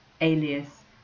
alias